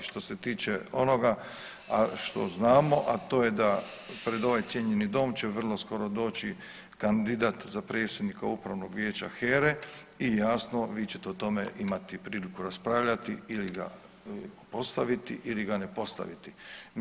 Što se tiče onoga, a što znamo, a to je da pred ovaj cijenjeni dom će vrlo skoro doći kandidat za predsjednika upravnog vijeća HERA-e i jasno vi ćete o tome imati priliku raspravljati ili ga postaviti ili ga ne postaviti.